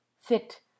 fit